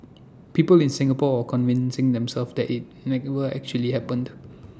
people in Singapore convincing themselves that IT actually happened